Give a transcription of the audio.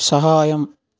సహాయం